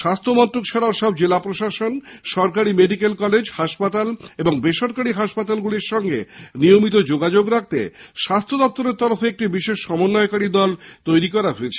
স্বাস্থ্য মন্ত্রক ছাড়াও সব জেলা প্রশাসন সরকারি মেডিক্যাল কলেজ হাসপাতাল এবং বেসরকারি হাসপাতালগুলির সঙ্গে নিয়মিত যোগাযোগ রাখতে স্বাস্থ্য দপ্তরের তরফে একটি বিশেষ সমন্বয়কারী দল গঠন করা হয়েছে